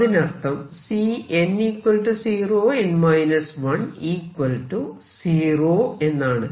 അതിനർത്ഥം Cn0n 10 എന്നാണ്